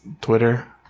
Twitter